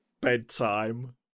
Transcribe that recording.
bedtime